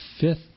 fifth